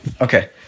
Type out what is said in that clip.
Okay